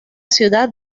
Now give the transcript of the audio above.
ciudad